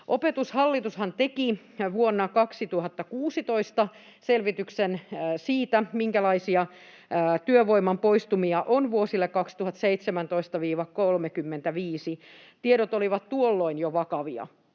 Opetushallitushan teki vuonna 2016 selvityksen siitä, minkälaisia työvoiman poistumia on vuosille 2017—35. Tiedot olivat tuolloin jo vakavia,